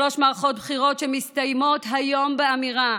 שלוש מערכות בחירות שמסתיימות היום באמירה